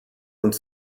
und